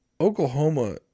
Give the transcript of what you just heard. Oklahoma